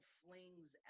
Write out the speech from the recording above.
flings